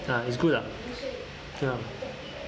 ah it's good ah ya